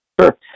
Sure